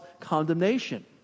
condemnation